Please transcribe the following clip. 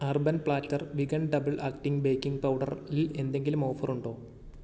urban platter vegan double acting baking powder ൽ എന്തെങ്കിലും offer ഉണ്ടോ